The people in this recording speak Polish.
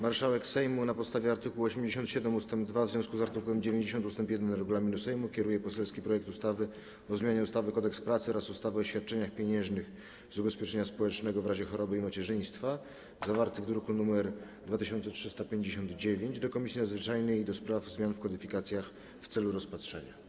Marszałek Sejmu, na podstawie art. 87 ust. 2 w związku z art. 90 ust. 1 regulaminu Sejmu, kieruje poselski projekt ustawy o zmianie ustawy Kodeks pracy oraz ustawy o świadczeniach pieniężnych z ubezpieczenia społecznego w razie choroby i macierzyństwa, zawarty w druku nr 2359, do Komisji Nadzwyczajnej do spraw zmian w kodyfikacjach w celu rozpatrzenia.